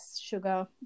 sugar